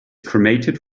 cremated